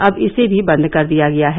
अब इसे भी बंद कर दिया गया है